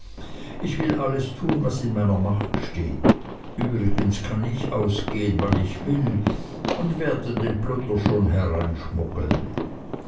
ich will alles tun was in meiner macht steht übrigens kann ich ausgehen wann ich will und werde den plunder schon